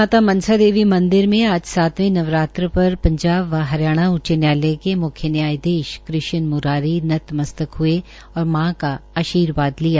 माता मनसा देवी मंदिर में आज सातवे नवरात्र पर पंजाब व हरियाणा उच्च न्यायालय के मुख्य न्यायधीश कृष्ण मुरारी नत मस्तक हऐ और मां का आर्शीवाद लिया